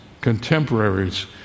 contemporaries